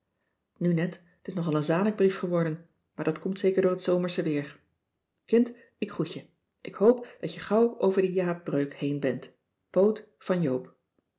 nu net t is nogal een zanikbrief geworden maar dat komt zeker door het zomersche weer kind ik groet je ik hoop dat je gauw over de jaapbreuk heen bent poot van joop